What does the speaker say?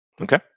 Okay